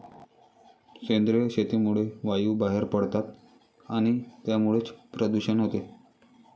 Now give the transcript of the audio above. सेंद्रिय शेतीमुळे वायू बाहेर पडतात आणि त्यामुळेच प्रदूषण होते